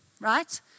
right